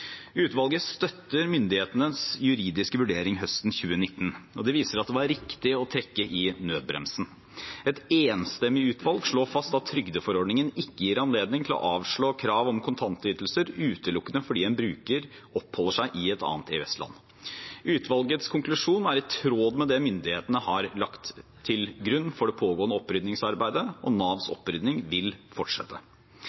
Utvalget støtter myndighetenes juridiske vurdering høsten 2019. Det viser at det var riktig å trekke i nødbremsen. Et enstemmig utvalg slår fast at trygdeforordningen ikke gir anledning til å avslå krav om kontantytelser utelukkende fordi en bruker oppholder seg i et annet EØS-land. Utvalgets konklusjon er i tråd med det myndighetene har lagt til grunn for det pågående oppryddingsarbeidet. Navs